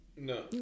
No